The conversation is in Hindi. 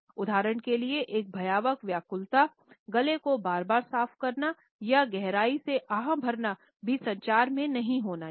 उदाहरण के लिए एक भयावह व्याकुलता गले को बार बार साफ़ करना या गहराई से आह भरना भी संचार में नहीं होना चाहिए